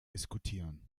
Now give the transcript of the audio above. diskutieren